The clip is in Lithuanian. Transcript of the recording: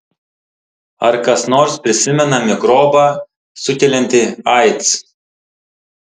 ar kas nors prisimena mikrobą sukeliantį aids